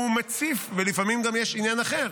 הוא מציף, ולפעמים גם יש עניין אחר,